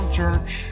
church